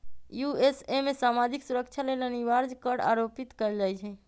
USA में सामाजिक सुरक्षा लेल अनिवार्ज कर आरोपित कएल जा हइ